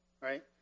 right